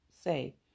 say